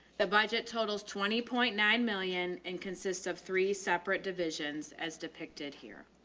the budget totals twenty point nine million and consists of three separate divisions as depicted here.